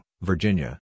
Virginia